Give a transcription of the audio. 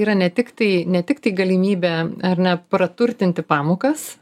yra ne tiktai ne tiktai galimybė ar ne praturtinti pamokas